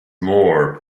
more